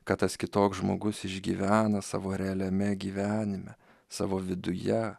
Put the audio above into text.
ką tas kitoks žmogus išgyvena savo realiame gyvenime savo viduje